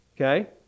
Okay